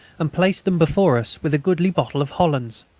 and placed them before us, with a goodly bottle of hollands.